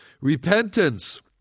Repentance